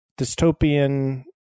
dystopian